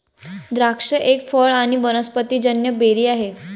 द्राक्ष एक फळ आणी वनस्पतिजन्य बेरी आहे